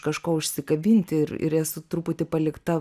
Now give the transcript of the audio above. kažko užsikabinti ir ir esu truputį palikta